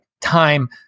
time